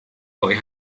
boy